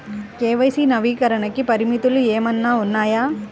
KYC నవీకరణకి పరిమితులు ఏమన్నా ఉన్నాయా?